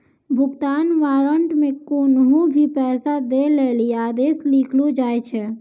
भुगतान वारन्ट मे कोन्हो भी पैसा दै लेली आदेश लिखलो जाय छै